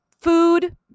food